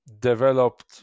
developed